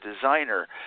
designer